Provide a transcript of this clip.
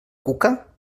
cuca